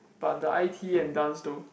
but the i_t and dance though